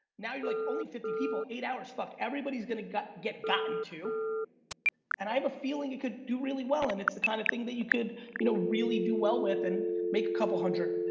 now you're like only fifty people eight hours, fuck everybody's gonna get get gotten to and i have a feeling you could do really well and it's the kind of thing that you could, you know really do well with and make a couple hundred,